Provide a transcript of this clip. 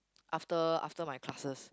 after after my classes